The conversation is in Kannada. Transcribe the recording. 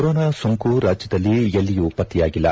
ಕೊರೋನಾ ಸೋಂಕು ರಾಜ್ಯದಲ್ಲಿ ಎಲ್ಲಿಯೂ ಪತ್ತೆಯಾಗಿಲ್ಲ